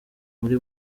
muri